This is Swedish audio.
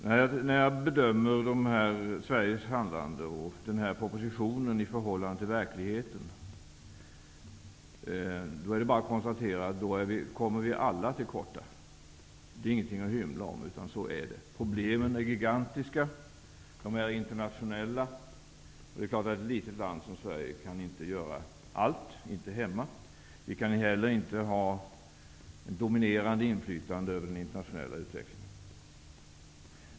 När man bedömer Sveriges handlande och den här propositionen i förhållande till verkligheten är det bara att konstatera att vi alla kommer till korta. Det är ingenting att hymla om, utan så är det. Problemen är gigantiska, och de är internationella. Det är klart att ett litet land som Sverige inte kan göra allt på hemmaplan, och Sverige kan inte heller ha ett dominerande inflytande över den internationella utvecklingen.